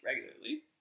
regularly